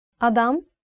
Adam